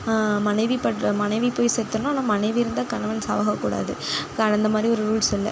மனைவி படுகிற மனைவி போய் செத்துரணும் மனைவி இறந்தால் கணவன் சாகக்கூடாது அந்த மாதிரி ரூல்ஸ் இல்லை